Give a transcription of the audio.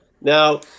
Now